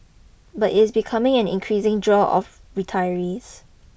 but it's becoming an increasing draw of retirees